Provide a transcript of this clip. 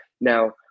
now